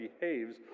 behaves